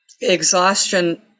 exhaustion